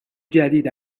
جدید